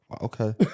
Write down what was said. okay